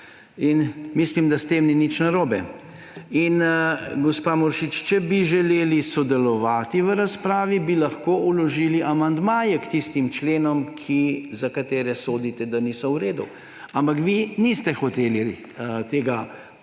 In mislim, da s tem ni nič narobe. Gospa Muršič, če bi želeli sodelovati v razpravi, bi lahko vložili amandmaje k tistim členom, za katere sodite, da niso v redu. Ampak vi niste hoteli tega početi,